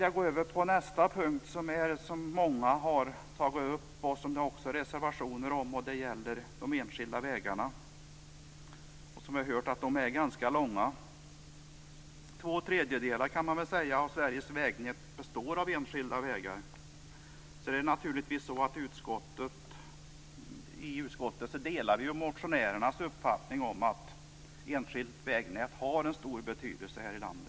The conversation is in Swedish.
Jag går över till en annan punkt, som också har tagits upp av många andra. Den har även föranlett reservationer. Det gäller de enskilda vägarna. Som vi har hört har de en stor längd. Två tredjedelar av Sveriges vägnät består av enskilda vägar. Vi i utskottet delar motionärernas uppfattning att det enskilda vägnätet har en stor betydelse i vårt land.